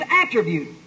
attribute